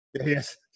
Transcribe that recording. yes